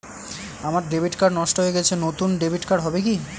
আমার debit card নষ্ট হয়ে গেছে নূতন ডেবিট কার্ড হবে কি?